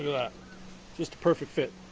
that just a perfect fit!